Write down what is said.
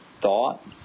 thought